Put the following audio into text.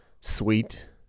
sweet